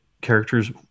characters